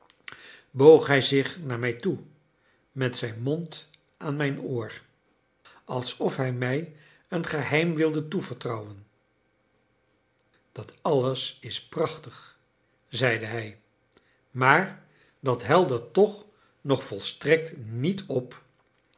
boog hij zich naar mij toe met zijn mond aan mijn oor alsof hij mij een geheim wilde toevertrouwen dat alles is prachtig zeide hij maar dat heldert toch nog volstrekt niet op